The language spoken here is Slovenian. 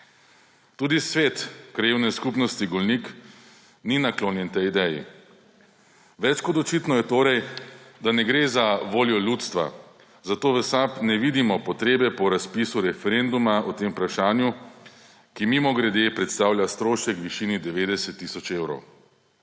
Tudi svet Krajevne skupnosti Golnik ni naklonjen tej ideji. Več kot očitno je torej, da ne gre za voljo ljudstva, zato v SAB ne vidimo potrebe po razpisu referenduma o tem vprašanju, ki – mimogrede – predstavlja strošek v višini 90 tisoč evrov.